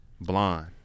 Blonde